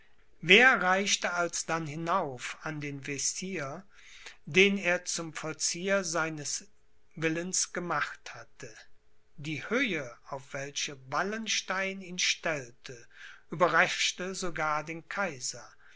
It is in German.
wer reichte alsdann hinauf an den vezier den er zum vollzieher seines willens gemacht hatte die höhe auf welche wallenstein ihn stellte überraschte sogar den kaiser